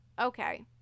okay